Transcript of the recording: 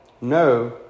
no